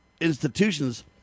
institutions